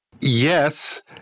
Yes